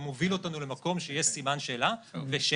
לתת לנו סדרי גודל של מה קרה